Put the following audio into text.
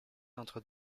entre